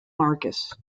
marcus